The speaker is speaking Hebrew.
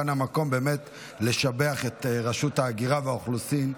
כאן המקום באמת לשבח את רשות ההגירה והאוכלוסין,